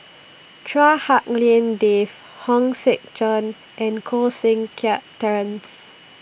Chua Hak Lien Dave Hong Sek Chern and Koh Seng Kiat Terence